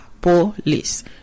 police